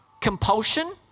compulsion